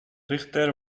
richter